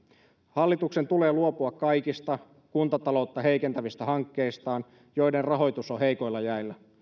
hallituksen tulee luopua kaikista kuntataloutta heikentävistä hankkeistaan joiden rahoitus on heikoilla jäillä